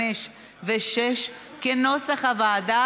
5 ו-6 כנוסח הוועדה,